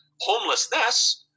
homelessness